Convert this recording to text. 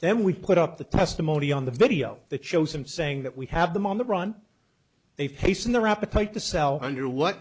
then we put up the testimony on the video that shows him saying that we have them on the run they face in their appetite the cell under what